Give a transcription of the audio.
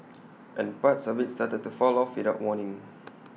and parts of IT started to fall off without warning